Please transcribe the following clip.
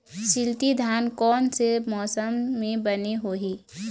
शिल्टी धान कोन से मौसम मे बने होही?